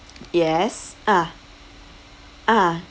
yes ah ah